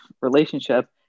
relationship